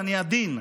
ואני עדין.